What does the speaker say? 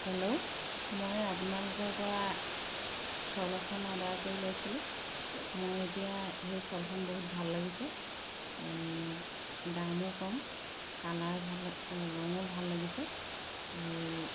hello মই আপোনালোকৰপৰা shawl এখন অৰ্ডাৰ কৰি লৈছিলোঁ মই এতিয়া সেই শ্ব'লখন বহুত ভাল লাগিছে দামো কম কালাৰ ভাল ৰঙো ভাল লাগিছে আৰু